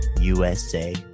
USA